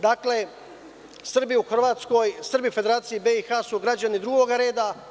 Dakle, Srbi u Hrvatskoj, u Federaciji BiH su građani drugoga reda.